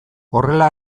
horrela